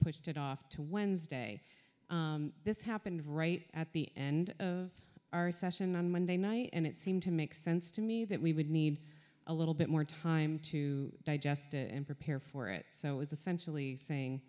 pushed it off to wednesday this happened right at the end of our session on monday night and it seemed to make sense to me that we would need a little bit more time to digest it and prepare for it so it's essentially saying